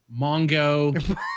Mongo